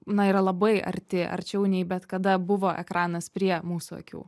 na yra labai arti arčiau nei bet kada buvo ekranas prie mūsų akių